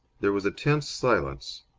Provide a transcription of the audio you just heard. there was a tense silence.